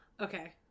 Okay